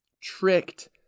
tricked